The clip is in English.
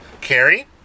Carrie